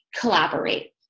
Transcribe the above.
collaborate